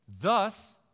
thus